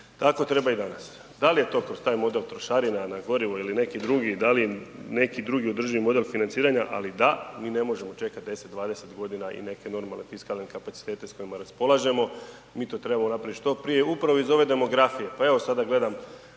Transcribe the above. tako treba i danas. Da li je to kroz taj model trošarina na gorivo ili neki drugi, da li neki drugi održivi model financiranja ali da, mi ne možemo čekat 10, 20 g. i neke normalne fiskalne kapacitete s kojima raspolažemo, mi to trebamo napraviti što prije upravo iz ove demografije. Pa evo sada gledam